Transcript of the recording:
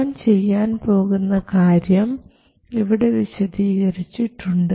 ഞാൻ ചെയ്യാൻ പോകുന്ന കാര്യം ഇവിടെ വിശദീകരിച്ചിട്ടുണ്ട്